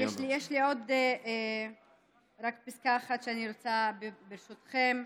יש לי עוד רק פסקה אחת שאני רוצה, ברשותכם.